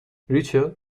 ریچل